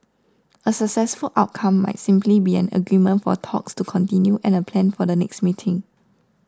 a successful outcome might simply be an agreement for talks to continue and a plan for the next meeting